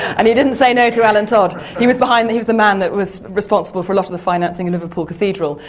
and you didn't say no to alan todd. he was behind the. he was the man that was responsible for a lot of the financing in liverpool cathedral.